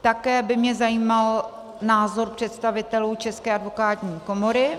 Také by mě zajímal názor představitelů České advokátní komory.